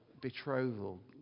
betrothal